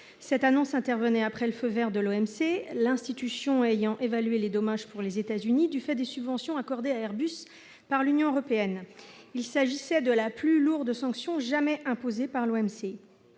Cette annonce intervenait après le feu vert de l'Organisation mondiale du commerce (OMC), l'institution ayant évalué les dommages pour les États-Unis du fait des subventions accordées à Airbus par l'Union européenne. Il s'agissait de la plus lourde sanction jamais imposée par l'OMC,